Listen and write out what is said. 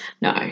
no